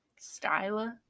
Styla